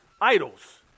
idols